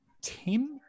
Tim